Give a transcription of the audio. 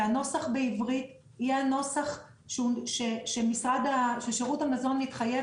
שהנוסח בעברית יהיה הנוסח ששירות המזון מתחייב